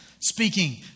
speaking